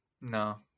no